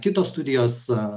kitos studijos